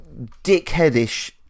dickheadish